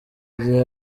gihe